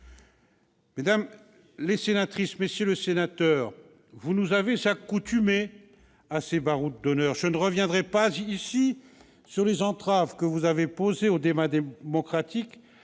Mesdames, messieurs les sénateurs, vous nous avez accoutumés à ces barouds d'honneur. Je ne reviendrai pas ici sur les entraves que vous avez posées au débat démocratique